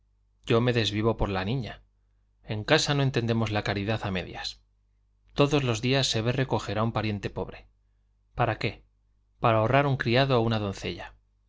yo me desvivo por la niña en casa no entendemos la caridad a medias todos los días se ve recoger a un pariente pobre para qué para ahorrar un criado o una doncella